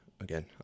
Again